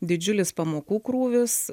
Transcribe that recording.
didžiulis pamokų krūvis